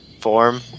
form